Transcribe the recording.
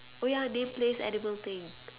oh ya name place edible thing